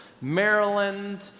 Maryland